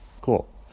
cool